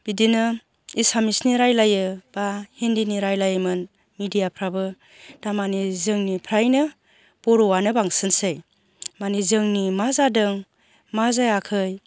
बिदिनो एसामिसनि रायलायो बा हिन्दीनि रायलायोमोन मिडियाफ्राबो दा माने जोंनि फ्रायनो बर'आनो बांसिनसै माने जोंनि मा जादों मा जायाखै